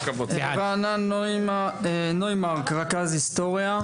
רענן נוימרק, רכז היסטוריה.